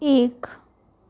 એક